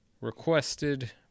requested